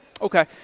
Okay